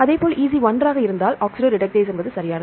இது EC 1 ஆக இருந்தால் ஆக்ஸிடோரடக்டேஸ் என்பது சரியானது